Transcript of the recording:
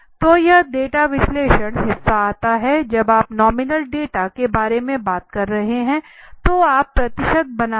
तो यह डेटा विश्लेषण हिस्सा आता है जब आप नॉमिनल डेटा के बारे में बात कर रहे हैं तो आप प्रतिशत बना सकते हैं